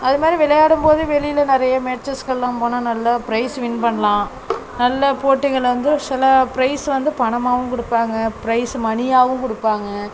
அதுமாதிரி விளையாடும் போதே வெளியில நிறையா மேட்ச்சஸ்க்குலாம் போனால் நல்லா ப்ரைஸ் வின் பண்ணலாம் நல்லா போட்டிங்களை வந்து சில ப்ரைஸ் வந்து பணமாகவும் கொடுப்பாங்க ப்ரைஸ் மனியாகவும் கொடுப்பாங்க